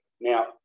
Now